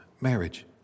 marriage